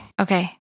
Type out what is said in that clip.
Okay